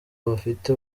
bafite